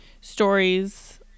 stories